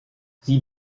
sie